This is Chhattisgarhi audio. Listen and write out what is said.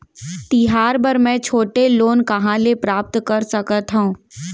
तिहार बर मै छोटे लोन कहाँ ले प्राप्त कर सकत हव?